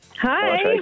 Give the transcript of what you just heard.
Hi